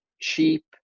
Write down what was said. Cheap